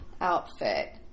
outfit